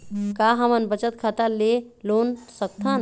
का हमन बचत खाता ले लोन सकथन?